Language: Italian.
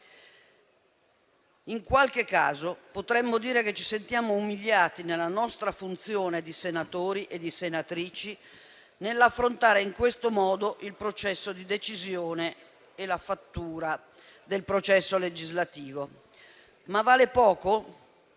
In qualche caso potremmo dire che ci sentiamo umiliati nella nostra funzione di senatori e di senatrici nell'affrontare in questo modo il processo decisionale e legislativo. Vale poco